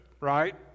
right